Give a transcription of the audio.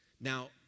Now